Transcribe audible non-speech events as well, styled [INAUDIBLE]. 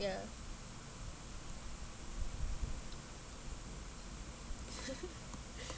ya [LAUGHS]